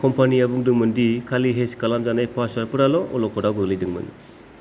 कम्पानीया बुंदोंमोन दि खालि हेक खालामजानाय पासवर्डफोराल' अलखदाव गोलैदोंमोन